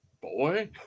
boy